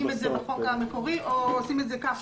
את זה בחוק מקורי או עושים את זה כך.